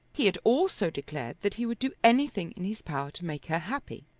he had also declared that he would do anything in his power to make her happy.